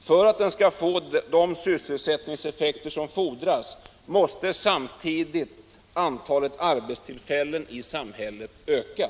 För att den skall få de sysselsättningseffekter som fordras måste samtidigt antalet arbetstillfällen i samhället öka.